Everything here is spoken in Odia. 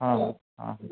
ହଁ